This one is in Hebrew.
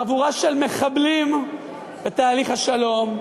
חבורה של מחבלים בתהליך השלום,